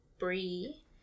Brie